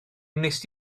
wnest